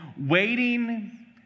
Waiting